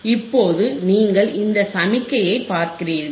இப்போது நீங்கள் இந்த சமிக்ஞையைப் பார்க்கிறீர்கள்